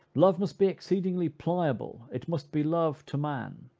love must be exceedingly pliable, it must be love to man,